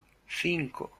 cinco